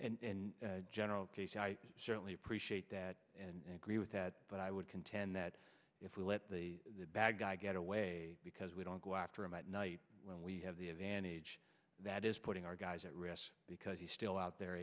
themselves and general casey i certainly appreciate that and agree with that but i would contend that if we let the bad guy get away because we don't go after him at night when we have the advantage that is putting our guys at risk because he's still out there